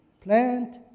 plant